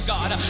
God